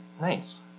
Nice